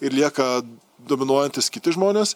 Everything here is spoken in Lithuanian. ir lieka dominuojantys kiti žmonės